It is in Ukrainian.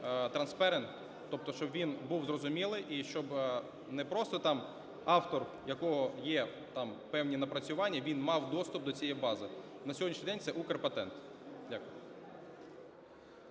transparent, тобто щоб він був зрозумілий і щоб не просто там автор, у якого є певні напрацювання, він мав доступ до цієї бази. На сьогоднішній день - це Укрпатент. Дякую.